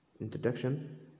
introduction